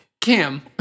Cam